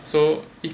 so